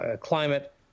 climate